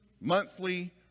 monthly